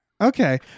Okay